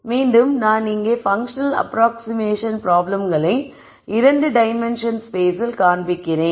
மீண்டும் நான் இங்கே பன்க்ஷன் அப்ராக்ஸ்ஷிமேஷன் பிராப்ளம்களை 2 டைமென்ஷன் ஸ்பேஸில் காண்பிக்கிறேன்